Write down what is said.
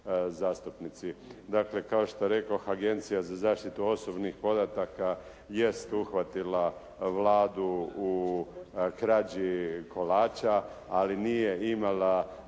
zastupnici. Dakle kao što rekoh Agencija za zaštitu osobnih podataka jest uhvatila Vladu u krađi kolača ali nije imala